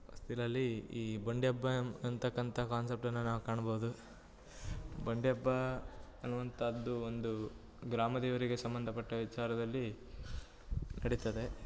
ಹೊಸ್ತಿಲಲ್ಲಿ ಈ ಬಂಡಿ ಹಬ್ಬ ಅನ್ ಅಂತಕ್ಕಂಥ ಕಾನ್ಸೆಪ್ಟನ್ನ ನಾವು ಕಾಣ್ಬೋದು ಬಂಡಿ ಹಬ್ಬ ಅನ್ನುವಂಥದ್ದು ಒಂದು ಗ್ರಾಮ ದೇವರಿಗೆ ಸಂಬಂಧಪಟ್ಟ ವಿಚಾರದಲ್ಲಿ ನಡಿತದೆ